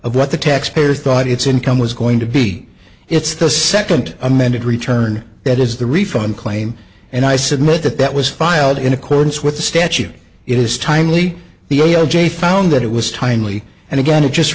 of what the taxpayer thought its income was going to b it's the second amended return that is the refund claim and i submit that that was filed in accordance with the statute it is timely the o j found that it was timely and again it just